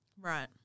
Right